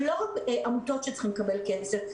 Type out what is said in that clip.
ולא רק עמותות שצריכות לקבל כסף.